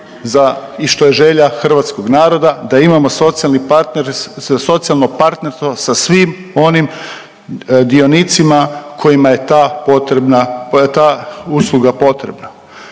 i što je želja hrvatskog naroda da imamo socijalni partner, socijalno partnerstvo sa svim onim dionicima kojima je ta potrebna,